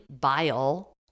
bile